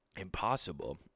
Impossible